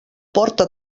porta